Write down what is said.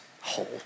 whole